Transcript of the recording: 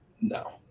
no